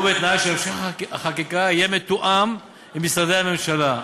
ובתנאי שהמשך החקיקה יהיה מתואם עם משרדי הממשלה.